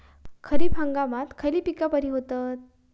खरीप हंगामात खयली पीका बरी होतत?